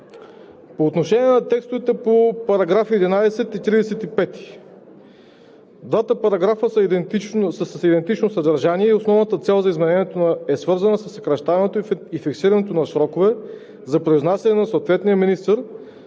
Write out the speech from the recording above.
По отношение на текстовете по § 11 и § 35. Двата параграфа са с идентично съдържание и основната цел за изменението е свързана със съкращаването и фиксирането на срокове за произнасяне на съответния министър,